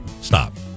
stop